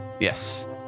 Yes